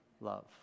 love